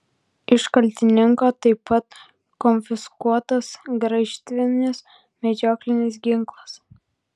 iš kaltininko taip pat konfiskuotas graižtvinis medžioklinis ginklas